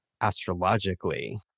astrologically